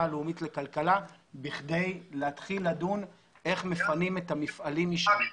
הלאומית לכלכלה כדי להתחיל לדון איך מפנים את המפעלים משם.